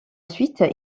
suite